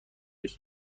است